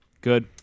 Good